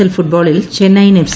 L ഫുട്ബോളിൽ Chennaiyin F